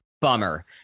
Bummer